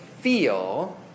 feel